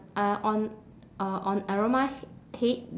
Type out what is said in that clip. uh on uh on aroma head